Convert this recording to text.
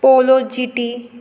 polo G T